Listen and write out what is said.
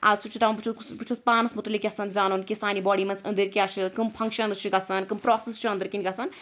آ سُہ چھُ دَپان بہٕ چھُس بہٕ چھُس پانَس متعلق یَژھان زانُن کہِ سانہِ باڈی مَنٛز أنٛدٕرۍ کیٛاہ چھُ کٕم فنٛکشَنٕز چھِ گَژھان کٕم پرٛاسیٚس چھِ أنٛدٕرۍ کِنۍ گَژھان